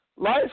Life